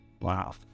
Wow